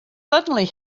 suddenly